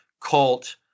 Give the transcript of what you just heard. cult